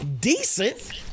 decent